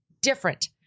different